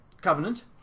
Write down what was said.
Covenant